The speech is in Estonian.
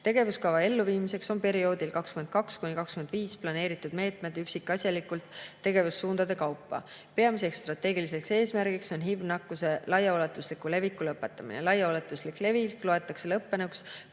Tegevuskava elluviimiseks on perioodil 2022–2025 planeeritud meetmed üksikasjalikult tegevussuundade kaupa. Peamine strateegiline eesmärk on HIV-nakkuse laiaulatusliku leviku lõpetamine. Laiaulatuslik levik loetakse lõppenuks,